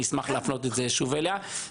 אני אשמח להפנות את זה שוב אליה.